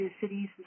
cities